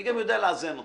אני גם יודע לאזן אותו.